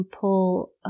pull